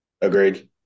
Agreed